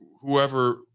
Whoever